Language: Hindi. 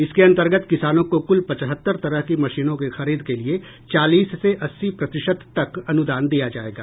इसके अन्तर्गत किसानों को कुल पचहत्तर तरह की मशीनों की खरीद के लिए चालीस से अस्सी प्रतिशत तक अनुदान दिया जायेगा